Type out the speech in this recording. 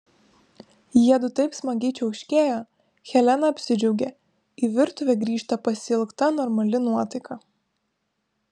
jiedu taip smagiai čiauškėjo helena apsidžiaugė į virtuvę grįžta pasiilgta normali nuotaika